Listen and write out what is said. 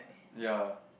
ya